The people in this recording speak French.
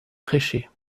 prêcher